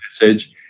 message